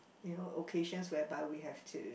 you know occasions whereby we have to